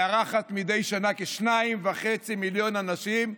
מארחת מדי שנה כ-2.5 מיליון אנשים,